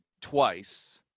twice